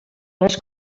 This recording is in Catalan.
les